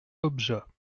objat